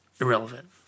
Irrelevant